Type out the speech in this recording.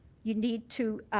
you need to